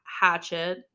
Hatchet